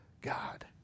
God